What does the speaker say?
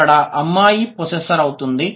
ఇక్కడ అమ్మాయి పొసిస్సోర్ అవుతుంది